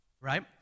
Right